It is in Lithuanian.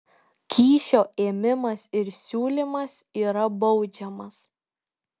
kyšio ėmimas ir siūlymas yra baudžiamas